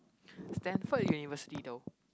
Stanford-University though